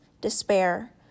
despair